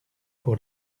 pour